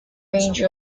range